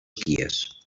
guies